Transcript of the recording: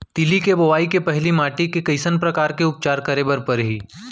तिलि के बोआई के पहिली माटी के कइसन प्रकार के उपचार करे बर परही?